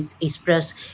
express